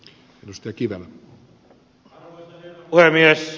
arvoisa herra puhemies